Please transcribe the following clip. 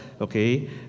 okay